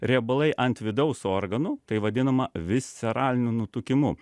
riebalai ant vidaus organų tai vadinama visceraliniu nutukimu